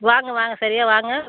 வாங்க வாங்க சரியா வாங்க